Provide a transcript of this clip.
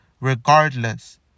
Regardless